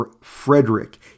Frederick